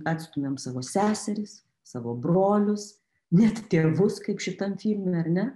atstumiam savo seseris savo brolius net tėvus kaip šitam filme ar ne